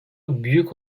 büyük